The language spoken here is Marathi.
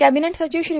केविनेट सचिव श्री